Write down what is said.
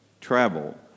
travel